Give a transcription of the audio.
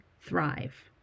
thrive